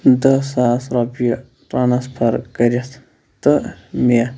دٔہ ساس رۄپیہِ ٹرٛانٕسفر کٔرِتھ تہٕ مےٚ